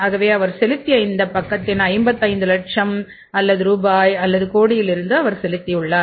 ஆகவே அவர் செலுத்திய இந்தப் பக்கத்தின் 55 லட்சம் அல்லது ரூபாய் அல்லது கோடியிலிருந்து அவர் செலுத்தியுள்ளார்